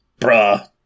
Bruh